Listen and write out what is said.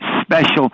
special